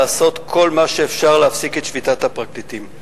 לעשות כל מה שאפשר כדי להפסיק את שביתת הפרקליטים.